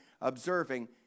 observing